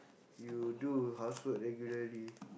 you do housework regularly